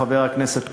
חבר הכנסת כהן,